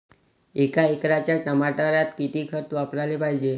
एका एकराच्या टमाटरात किती खत वापराले पायजे?